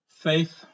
faith